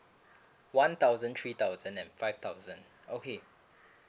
one thousand three thousand and five thousand okay